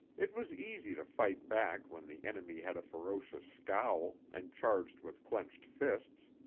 it was easy to fight back when the enemy had a ferocious scowl and charged with clenched fists.